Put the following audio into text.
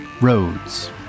Roads